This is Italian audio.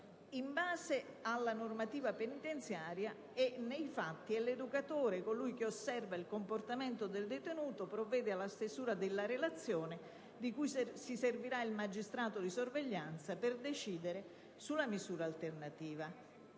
In base alla normativa penitenziaria e nei fatti è l'educatore colui che osserva il comportamento del detenuto e provvede alla stesura della relazione di cui si servirà il magistrato di sorveglianza per decidere sulla misura alternativa.